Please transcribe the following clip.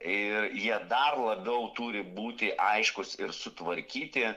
ir jie dar labiau turi būti aiškūs ir sutvarkyti